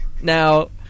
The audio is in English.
Now